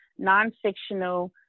nonfictional